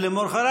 למוחרת,